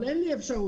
אבל אין לי אפשרות,